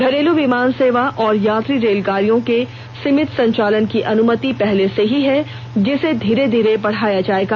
घरेलू विमान सेवा और यात्री रेलगाड़ियों के सीमित संचालन की अनुमति पहले से ही है जिसे धीरे धीरे बढ़ाया जाएगा